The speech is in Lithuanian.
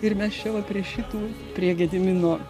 ir mes čia va prie šitų prie gedimino